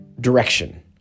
direction